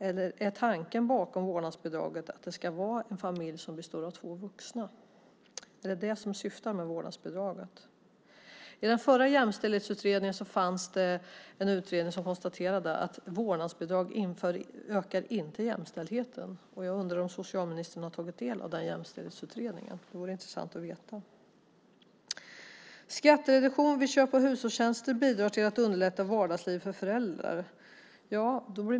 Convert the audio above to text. Eller är tanken bakom vårdnadsbidraget att en familj ska bestå av två vuxna? Är det syftet med vårdnadsbidraget? I den tidigare Jämställdhetsutredningen konstaterades att vårdnadsbidraget inte ökar jämställdheten. Jag undrar om socialministern tagit del av den Jämställdhetsutredningen? Det vore intressant att få veta. I svaret sägs också att skattereduktion vid köp av hushållstjänster bidrar till att underlätta vardagslivet för föräldrar.